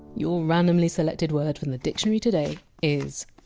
your randomly selected word from the dictionary today is!